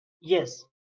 Yes